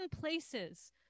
places